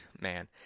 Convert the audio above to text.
man